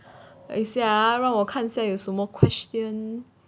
等一下啊让我看下有什么 question